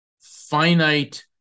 finite